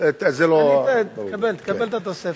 זה לא, תקבל את התוספת.